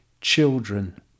children